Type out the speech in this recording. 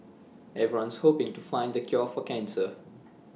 everyone's hoping to find the cure for cancer